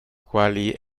quali